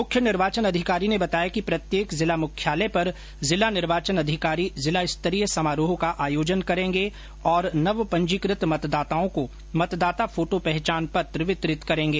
मुख्य निर्वाचन अधिकारी ने बताया कि प्रत्येक जिला मुख्यालय पर जिला निर्वाचन अधिकारी जिला स्तरीय समारोह का आयोजन करेंगे और नवपंजीकृत मतदाताओं को मतदाता फोटो पहचान पत्र वितरित करेंगे